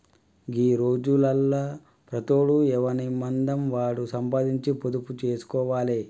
గీ రోజులల్ల ప్రతోడు ఎవనిమందం వాడు సంపాదించి పొదుపు జేస్కోవాలె